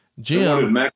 Jim